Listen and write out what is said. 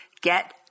get